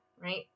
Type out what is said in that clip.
right